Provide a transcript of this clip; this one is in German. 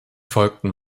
folgten